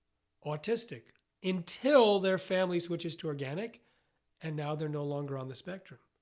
autistic until their family switches to organic and now they're no longer on the spectrum.